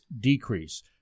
decrease